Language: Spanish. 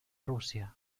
rusia